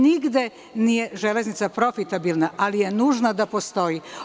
Nigde nije železnica profitabilna, ali je nužna da postoji.